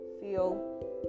feel